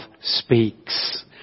speaks